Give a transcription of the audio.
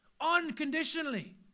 unconditionally